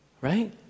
right